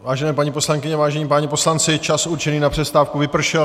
Vážené paní poslankyně, vážení páni poslanci, čas určený na přestávku vypršel.